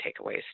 takeaways